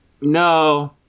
No